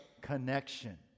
connection